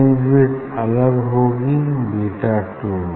fringe width अलग होगी beta to